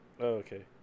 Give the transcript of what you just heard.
okay